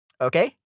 Okay